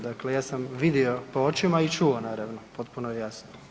Dakle ja sam vidio po očima i čuo, naravno, potpuno je jasno.